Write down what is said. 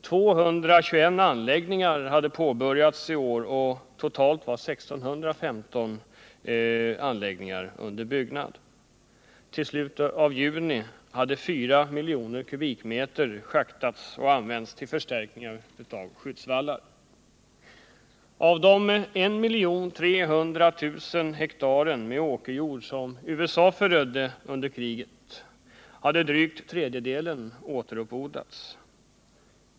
221 anläggningar hade påbörjats i år och totalt var 615 under byggnad. Till slutet av juni hade 4 miljoner kubikmeter jord schaktats och använts till förstärkningar av skyddsvallarna. Av de 1 300 000 hektar med åkerjord som USA förödde under kriget hade drygt tredjedelen återuppodlats.